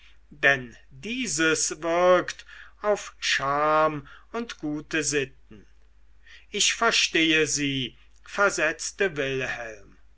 denn dieses wirkt auf scham und gute sitten ich verstehe sie versetzte wilhelm